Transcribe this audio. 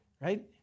Right